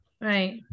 Right